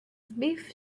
beef